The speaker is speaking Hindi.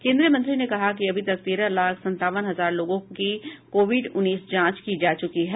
केन्द्रीय मंत्री ने कहा कि अभी तक तेरह लाख संतावन हजार लोगों की कोविड उन्नीस जांच की जा चुकी है